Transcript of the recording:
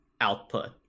output